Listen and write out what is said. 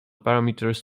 parameters